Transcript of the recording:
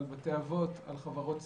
על בתי אבות; חברות סיעוד,